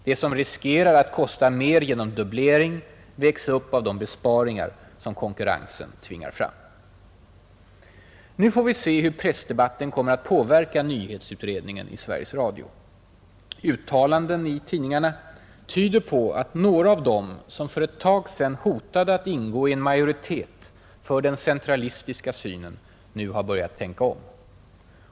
Det som riskerar att kosta mer genom dubblering vägs upp av de besparingar som konkurrensen tvingar fram. Nu får vi se hur pressdebatten kommer att påverka nyhetsutredningen i Sveriges Radio. Uttalanden i pressen tyder på att några av dem som för ett tag sedan hotade att ingå i en majoritet för den centralistiska synen nu börjat tänka om.